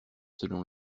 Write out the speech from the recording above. selon